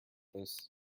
this